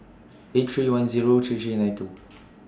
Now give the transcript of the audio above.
eight three one Zero three three nine two